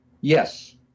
yes